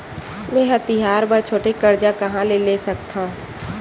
मेंहा तिहार बर छोटे कर्जा कहाँ ले सकथव?